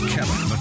Kevin